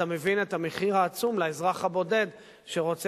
אתה מבין את המחיר העצום לאזרח הבודד שרוצה